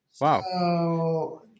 Wow